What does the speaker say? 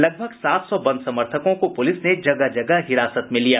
लगभग सात सौ बंद समर्थकों को पुलिस ने जगह जगह हिरासत में लिया